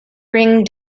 ring